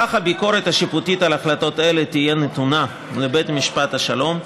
כך הביקורת השיפוטית על החלטות אלה תהיה נתונה לבית משפט השלום,